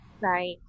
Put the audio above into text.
Right